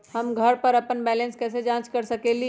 हम घर पर अपन बैलेंस कैसे जाँच कर सकेली?